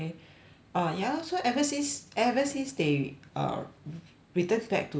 oh ya lor so ever since ever since they uh returned back to school right